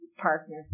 partner